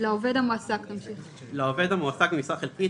"לעובד המועסק במשרה חלקית,